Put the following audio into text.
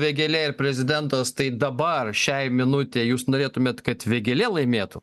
vėgėlė ir prezidentas tai dabar šiai minutei jūs norėtumėt kad vėgėlė laimėtų